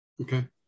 Okay